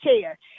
care